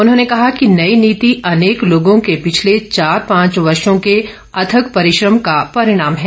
उन्होंने कहा कि नई नीति अनेक लोगों के पिछले चार पांच वर्षों के अथक परिश्रम का परिणाम है